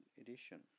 Edition